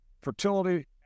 fertility